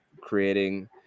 creating